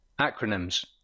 Acronyms